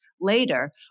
later